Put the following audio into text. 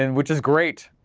and which is great,